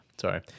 sorry